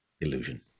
illusion